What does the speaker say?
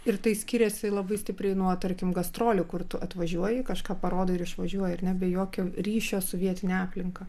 ir tai skiriasi labai stipriai nuo tarkim gastrolių kur tu atvažiuoji kažką parodai ir išvažiuoji ar ne be jokio ryšio su vietine aplinka